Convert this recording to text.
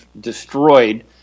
destroyed